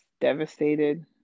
devastated